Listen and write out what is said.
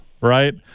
right